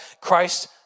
Christ